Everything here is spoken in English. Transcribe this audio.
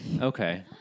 Okay